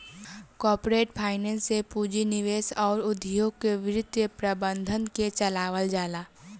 corporate finance से पूंजी निवेश अउर उद्योग के वित्त प्रबंधन के चलावल जाला